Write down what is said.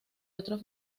otros